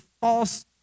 false